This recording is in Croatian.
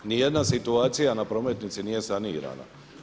Ni jedna situacija na prometnici nije sanirana.